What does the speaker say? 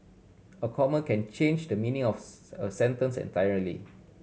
a comma can change the meaning of a sentence entirely